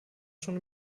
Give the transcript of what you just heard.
schon